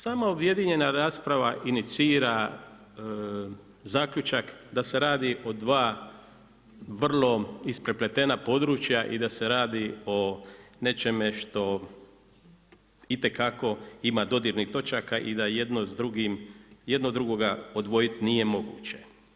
Sama objedinjena rasprava inicira zaključak da se radi o dva vrlo isprepletena područja i da se radi o nečem što itekako ima dodirnih točaka i da jedno s drugim, jedno drugoga odvojit nije moguće.